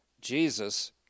Jesus